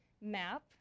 map